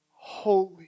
holy